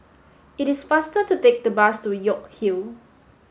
it is faster to take the bus to York Hill